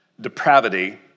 depravity